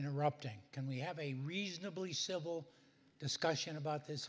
interrupting can we have a reasonably civil discussion about this